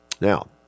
Now